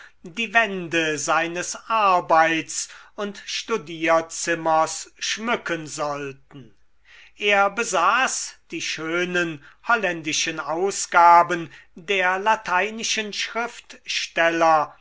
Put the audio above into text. die wände seines arbeits und studierzimmers schmücken sollten er besaß die schönen holländischen ausgaben der lateinischen schriftsteller